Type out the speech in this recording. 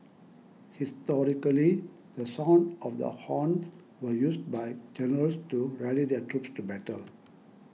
historically the sound of the horns were used by generals to rally their troops to battle